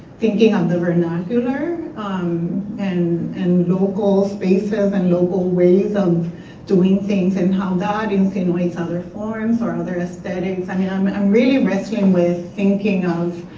thinking of the vernacular um and and local spaces and local ways of doing things and how that insinuates other forms or other aesthetics. and and i'm and i'm really wrestling with thinking of